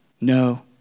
no